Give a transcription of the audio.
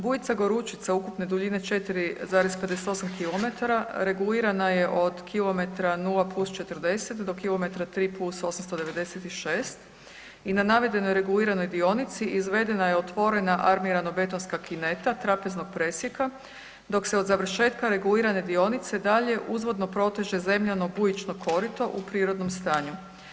Bujica Gorućica ukupne duljine 4,58 kilometara regulirana je od kilometra 0+40 do kilometra 3+896 i na navedenoj reguliranoj dionici izvedena je otvorena armirano-betonska kineta trapeznog presjeka, dok se od završetka regulirane dionice dalje uzvodno proteže zemljano bujično korito u prirodnom stanju.